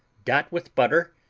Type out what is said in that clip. dot with butter,